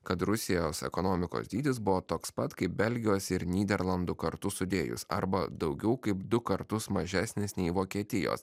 kad rusijos ekonomikos dydis buvo toks pat kaip belgijos ir nyderlandų kartu sudėjus arba daugiau kaip du kartus mažesnis nei vokietijos